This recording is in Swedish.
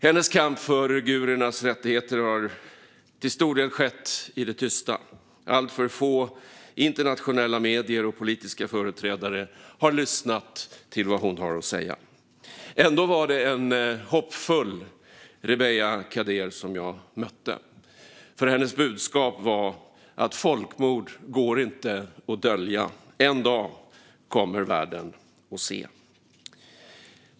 Hennes kamp för uigurernas rättigheter har till stor del skett i det tysta. Alltför få internationella medier och politiska företrädare har lyssnat till vad hon har att säga. Ändå var det en hoppfull Rebiya Kadeer jag mötte. Hennes budskap var att folkmord inte går att dölja och att världen en dag kommer att se.